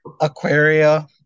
Aquaria